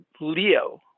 LEO